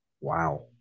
Wow